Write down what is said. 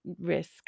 risk